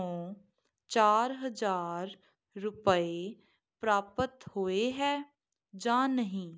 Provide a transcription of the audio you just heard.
ਤੋਂ ਚਾਰ ਹਜ਼ਾਰ ਰੁਪਏ ਪ੍ਰਾਪਤ ਹੋਏ ਹੈ ਜਾਂ ਨਹੀਂ